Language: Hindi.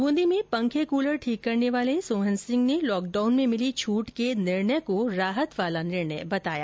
बूंदी में पंखे कूलर ठीक करने वाले सोहन सिंह ने लॉकडाउन में मिली छूट के निर्णय को राहत वाला निर्णय बताया